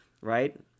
right